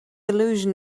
allusion